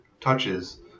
touches